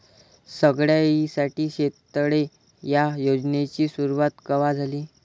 सगळ्याइसाठी शेततळे ह्या योजनेची सुरुवात कवा झाली?